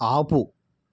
ఆపు